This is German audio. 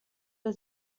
der